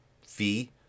fee